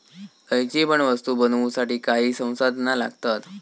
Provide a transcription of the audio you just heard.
खयची पण वस्तु बनवुसाठी काही संसाधना लागतत